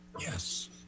Yes